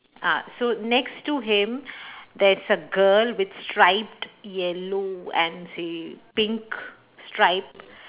ah so next to him there's a girl with striped yellow and say pink stripe